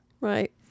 Right